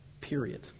Period